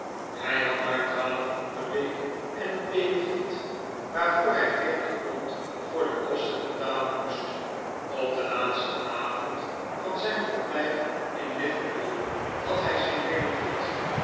hij had daar twaalf pond per week en een benefiet waarvoor hij veertig pond voor de kosten betalen moest op den laatsten avond van zijn verblijf in liverpool had hy zijn benefiet